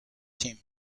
team